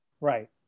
Right